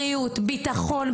ביטחון,